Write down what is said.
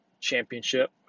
championship